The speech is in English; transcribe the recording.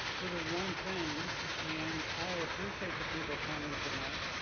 it is one thing and i appreciate the people coming tonight.